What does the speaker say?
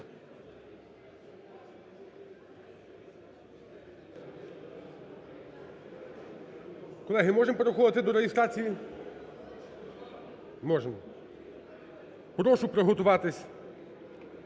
Колеги, можемо переходити до реєстрації? Можемо. Прошу приготуватись